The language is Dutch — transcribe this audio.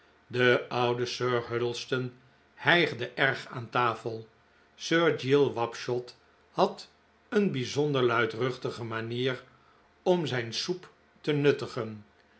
de oude sir huddleston hijgde erg aan tafel sir giles wapshot had een bijzonder luidruchtige manier om zijn soep te nuttigen